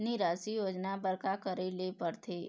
निराश्री योजना बर का का करे ले पड़ते?